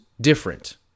different